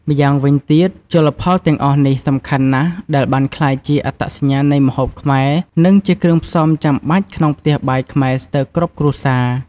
ម្យ៉ាងវិញទៀត ជលផលទាំងអស់នេះសំខាន់ណាស់ ដែលបានក្លាយជាអត្តសញ្ញាណនៃម្ហូបខ្មែរ និងជាគ្រឿងផ្សំចាំបាច់ក្នុងផ្ទះបាយខ្មែរស្ទើរគ្រប់គ្រួសារ។